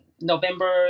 November